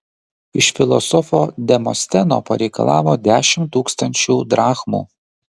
iš filosofo demosteno pareikalavo dešimt tūkstančių drachmų